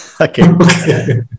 Okay